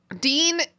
Dean